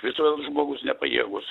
viso žmogus nepajėgus